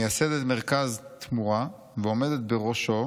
מייסדת את מרכז תמורה ועומדת בראשו,